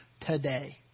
today